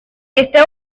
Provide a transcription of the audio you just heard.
este